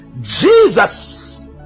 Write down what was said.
Jesus